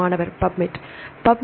மாணவர் PUBMED